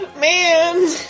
Man